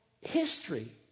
history